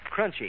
crunchy